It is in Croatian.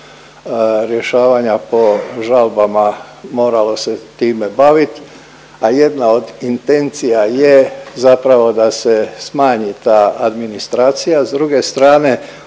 rješavanja po žalbama moralo se time bavit, a jedna od intencija je zapravo da se smanji ta administracija. S druge strane